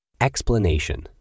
explanation